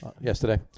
yesterday